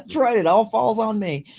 right. it all falls on me.